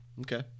Okay